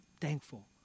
thankful